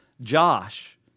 Josh